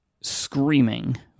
screaming